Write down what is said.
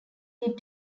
did